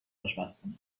آشپزخونه